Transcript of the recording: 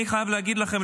אני חייב להגיד לכם,